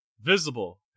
visible